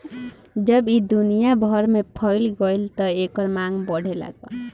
जब ई दुनिया भर में फइल गईल त एकर मांग बढ़े लागल